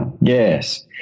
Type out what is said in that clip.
Yes